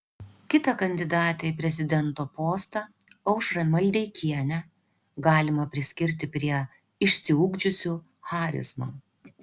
kitą kandidatę į prezidento postą aušrą maldeikienę galima priskirti prie išsiugdžiusių charizmą